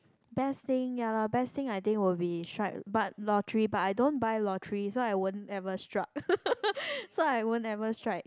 best thing ya lor best thing I think will be strike but lottery but I don't buy lottery so I won't ever struck so I won't ever strike